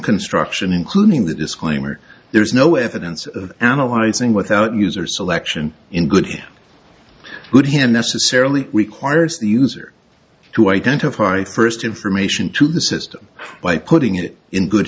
construction including the disclaimer there is no evidence of analyzing without user selection in good good him necessarily requires the user to identify first information to the system by putting it in good